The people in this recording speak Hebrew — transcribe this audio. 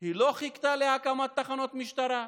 היא לא חיכתה להקמת תחנות משטרה,